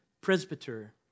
presbyter